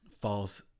false